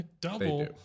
double